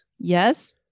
Yes